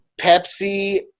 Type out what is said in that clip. Pepsi